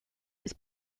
its